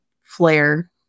flare